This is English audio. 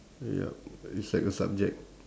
yup it's like a subject